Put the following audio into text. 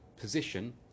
position